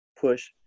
push